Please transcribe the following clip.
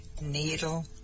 needle